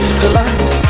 collide